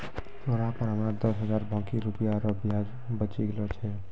तोरा पर हमरो दस हजार बाकी रुपिया रो ब्याज बचि गेलो छय